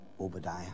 Obadiah